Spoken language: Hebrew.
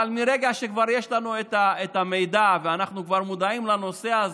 אבל מרגע שכבר יש לנו את המידע ואנחנו כבר מודעים לנושא הזה,